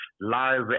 live